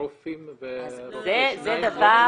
רופאים ורופאי שיניים זה לא בריאות?